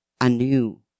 anew